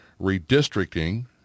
redistricting